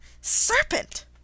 serpent